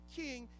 king